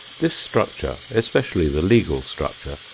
this structure, especially the legal structure,